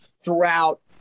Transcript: throughout